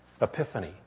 Epiphany